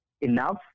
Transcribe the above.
enough